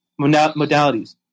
modalities